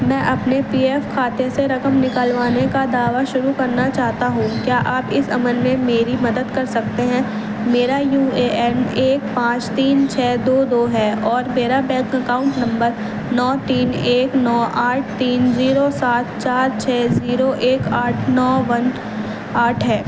میں اپنے P F کھاتے سے رقم نکلوانے کا دعویٰ شروع کرنا چاہتا ہوں کیا آپ اس عمل میں میری مدد کر سکتے ہیں میرا یو اے این ایک پانچ تین چھ دو دو ہے اور میرا بینک اکاؤنٹ نمبر نو تین ایک نو آٹھ تین زیرو سات چار چھ زیرو ایک آٹھ نو ون آٹھ ہے